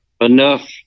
enough